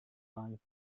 rhyme